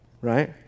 right